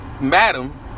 Madam